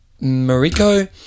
Mariko